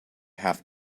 have